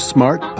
Smart